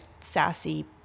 sassy